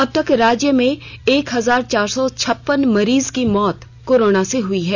अब तक राज्य में एक हजार चार सौ छप्पन मरीज की मौत कोरोना से हई हैं